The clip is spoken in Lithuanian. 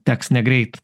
teks negreit